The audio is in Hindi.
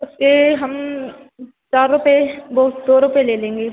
तो फिर हम चार रुपये वह दो रुपये लेंगे